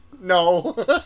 No